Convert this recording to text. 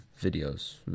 videos